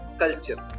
culture